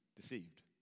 deceived